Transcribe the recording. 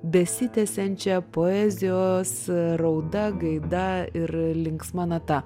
besitęsiančia poezijos rauda gaida ir linksma nata